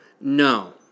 No